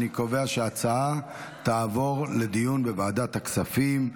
אני קובע שההצעה תעבור לדיון בוועדת הכספים.